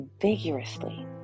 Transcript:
vigorously